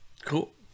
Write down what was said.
Cool